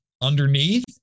underneath